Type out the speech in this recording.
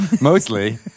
Mostly